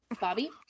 Bobby